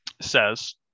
says